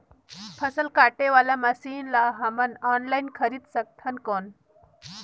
फसल काटे वाला मशीन ला हमन ऑनलाइन खरीद सकथन कौन?